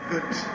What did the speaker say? Good